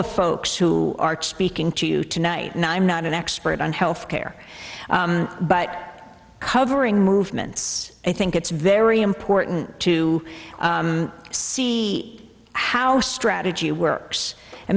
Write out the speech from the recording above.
the folks who are speaking to you tonight now i'm not an expert on health care but covering movements i think it's very important to see how strategy works i